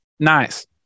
nice